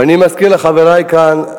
ואני מזכיר לחברי כאן,